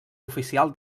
oficial